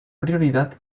prioridad